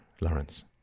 Lawrence